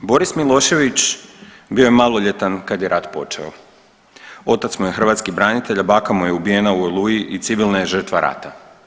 Boris Milošević bio je maloljetan kad je rat počeo, otac mu je hrvatski branitelj, a baka mu je ubijena u Oluji i civilna je žrtva rata.